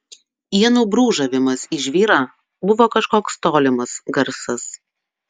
ienų brūžavimas į žvyrą buvo kažkoks tolimas garsas